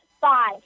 Five